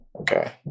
Okay